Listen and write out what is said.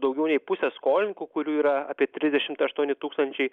daugiau nei pusė skolininkų kurių yra apie trisdešimt aštuoni tūkstančiai